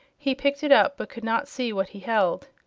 he picked it up, but could not see what he held.